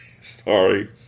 Sorry